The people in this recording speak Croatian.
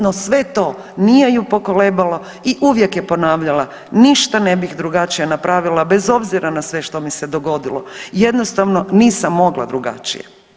Ne, no sve to nije ju pokolebalo i uvijek je ponavljala ništa ne bih drugačije napravila bez obzira na sve što mi se dogodilo, jednostavno nisam mogla drugačije.